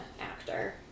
actor